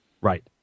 Right